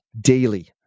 daily